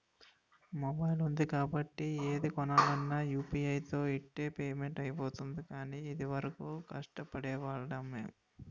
mobile ఉంది కాబట్టి ఏది కొనాలన్నా యూ.పి.ఐ తో ఇట్టే పేమెంట్ అయిపోతోంది కానీ, ఇదివరకు ఎంత కష్టపడేవాళ్లమో